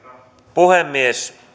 puhemies